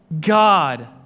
God